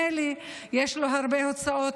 ממילא יש לו הרבה הוצאות.